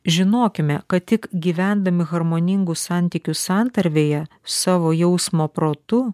žinokime kad tik gyvendami harmoningų santykių santarvėje savo jausmo protu